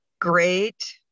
Great